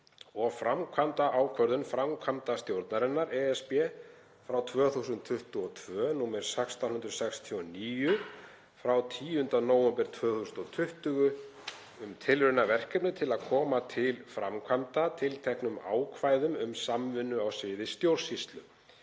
og framkvæmda ákvörðun framkvæmdastjórnarinnar (ESB) frá 2022, nr. 1669 frá 10. nóvember 2020, um tilraunaverkefni til að koma til framkvæmdar tilteknum ákvæðum um samvinnu á sviði stjórnsýslu